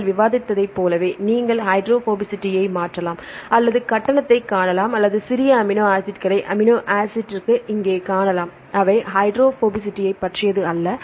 நாங்கள் விவாதித்ததைப் போலவே நீங்கள் ஹைட்ரோபோபசிட்டியை மாற்றலாம் அல்லது கட்டணத்தைக் காணலாம் அல்லது சிறிய அமினோ ஆசிட்களை அமினோ ஆசிட்டிற்கு இங்கே காணலாம் அவை ஹைட்ரோபோபசிட்டியைப் பற்றியது அல்ல